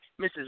Mrs